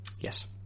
Yes